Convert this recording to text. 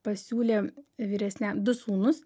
pasiūlė vyresnę du sūnus